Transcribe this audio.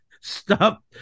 stop